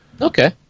Okay